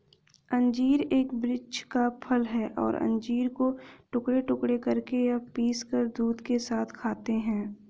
अंजीर एक वृक्ष का फल है और अंजीर को टुकड़े टुकड़े करके या पीसकर दूध के साथ खाते हैं